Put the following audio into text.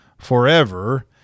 forever